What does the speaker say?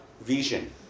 vision